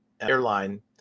airline